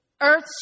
earth